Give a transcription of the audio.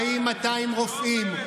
כשבאים 200 רופאים,